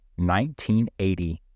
1980